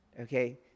Okay